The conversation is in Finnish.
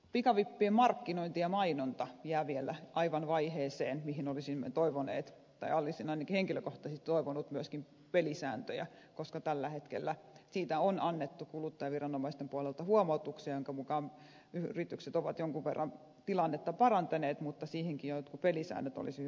pikavippien markkinointi ja mainonta jää vielä aivan vaiheeseen mihin olisimme toivoneet tai olisin ainakin henkilökohtaisesti toivonut myöskin pelisääntöjä koska tällä hetkellä siitä on annettu kuluttajaviranomaisten puolelta huomautuksia joiden mukaan yritykset ovat jonkun verran tilannetta parantaneet mutta siihenkin jotkut pelisäännöt olisi hyvä saada